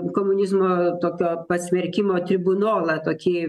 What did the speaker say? komunizmo tokio pasmerkimo tribunolą tokį